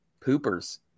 poopers